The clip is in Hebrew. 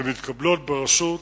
ומתקבלת בראשות